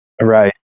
Right